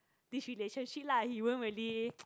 this relationship lah he won't really